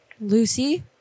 Lucy